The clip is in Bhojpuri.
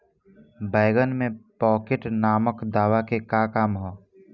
बैंगन में पॉकेट नामक दवा के का काम ह?